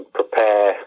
prepare